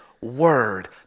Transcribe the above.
word